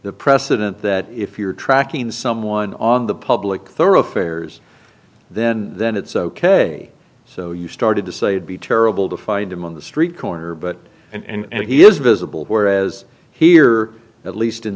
the precedent that if you're tracking someone on the public thoroughfares then then it's ok so you started to say would be terrible to find him on the street corner but and he is visible whereas here at least in